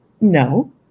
No